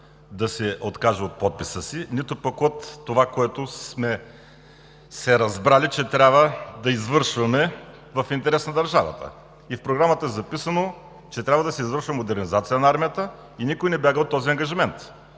да се откажа от подписа си, нито пък от онова, което сме се разбрали, че трябва да извършваме в интерес на държавата. В Програмата е записано, че трябва да се извършва модернизация на армията, и никой не бяга от този ангажимент.